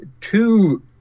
two